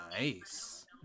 Nice